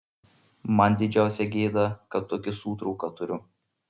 man didžiausia gėda kad tokį sūtrauką turiu